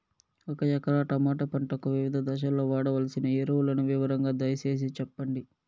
ఒక ఎకరా టమోటా పంటకు వివిధ దశల్లో వాడవలసిన ఎరువులని వివరంగా దయ సేసి చెప్పండి?